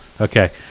Okay